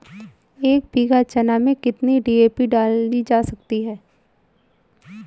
एक बीघा चना में कितनी डी.ए.पी डाली जा सकती है?